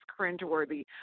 cringeworthy